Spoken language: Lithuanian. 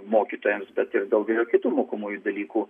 mokytojams bet ir daugelio kitų mokomųjų dalykų